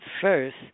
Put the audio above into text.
first